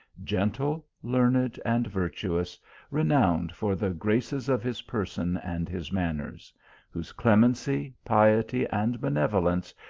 gentle, learned and virtuous renowned for the graces of his person and his manners whose clemency, piety, and benevolence,